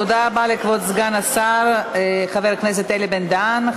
תודה רבה לכבוד סגן השר חבר הכנסת אלי בן-דהן.